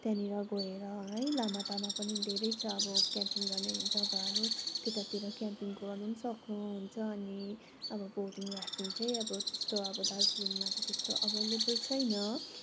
त्यहाँनेर गएर है लामातामा पनि धेरै छ अब क्याम्पिङ गर्ने जग्गाहरू त्यतातिर क्याम्पिङ गर्नु सक्नु हुन्छ अनि अब बोटिङ राफ्टिङ चाहिँ अब त्यस्तो अब दार्जिलिङमा चाहिँ त्यस्तो एभाइलेभल छैन